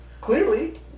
Clearly